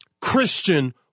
Christian